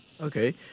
Okay